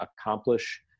accomplish